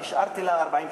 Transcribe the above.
השארתי לה 40 שניות.